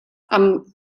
amb